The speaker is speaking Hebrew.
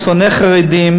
הוא שונא חרדים,